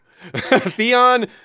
Theon